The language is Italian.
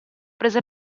prese